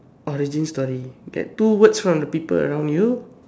origin story get two words from the people around you